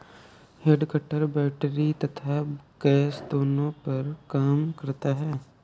head cutter battery तथा gas दोनों पर काम करता है